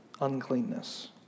uncleanness